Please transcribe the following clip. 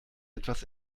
etwas